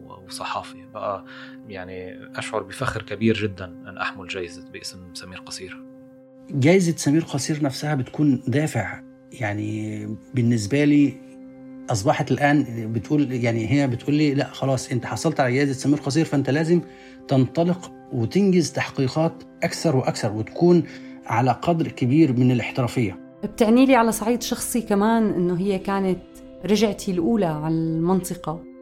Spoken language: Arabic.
وصحافة. بقى يعني أشعر بفخر كبير جداً أن أحمل جايزة باسم سمير قصير. جايزة سمير قصير نفسها بتكون دافع. يعني بالنسبة لي أصبحت الآن بتقول- يعني هي بتقول لي، "لا، خلاص، أنت حصلت على جايزة سمير قصير، فأنت لازم تنطلق وتنجز تحقيقات أكثر وأكثر، وتكون على قدر كبير من الاحترافية." بتعني لي على صعيد شخصي كمان إنه هي كانت رجعتي الأولى على المنطقة.